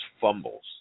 fumbles